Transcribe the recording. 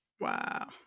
Wow